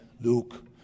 Luke